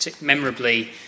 memorably